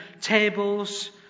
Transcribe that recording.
tables